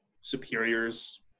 superior's